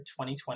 2020